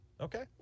Okay